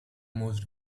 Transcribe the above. most